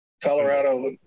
Colorado